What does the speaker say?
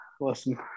Listen